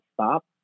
stop